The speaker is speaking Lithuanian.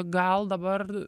gal dabar